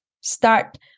start